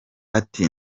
ati